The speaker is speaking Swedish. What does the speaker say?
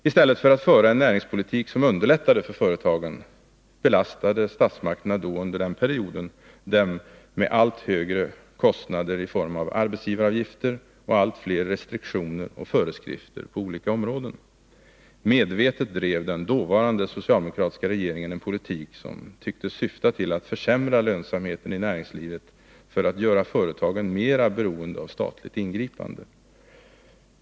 I stället för att föra en näringspolitik som underlättade för företagen belastade statsmakterna under den perioden dem med allt högre kostnader i form av arbetsgivaravgifter samt allt fler restriktioner och föreskrifter på olika områden. Medvetet drev den dåvarande socialdemokratiska regeringen en politik som tycktes syfta till att försämra lönsamheten i näringslivet för att göra företagen mera beroende av statligt ingripande.